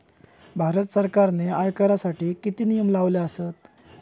भारत सरकारने आयकरासाठी किती नियम लावले आसत?